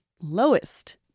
lowest